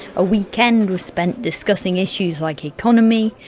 a weekend was spent discussing issues like economy,